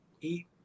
eat